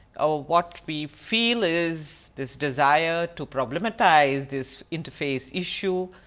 ah what we feel is this desire to problematize this interface issue.